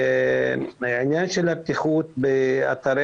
העניין של הבטיחות באתרי